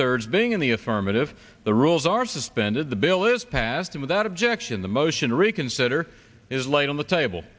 thirds being in the affirmative the rules are suspended the bill is passed without objection the motion to reconsider is laid on the table